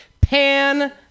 Pan